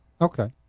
Okay